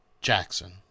Jackson